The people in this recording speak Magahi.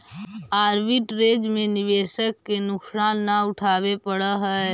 आर्बिट्रेज में निवेशक के नुकसान न उठावे पड़ऽ है